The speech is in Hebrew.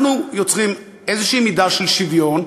אנחנו יוצרים איזושהי מידה של שוויון,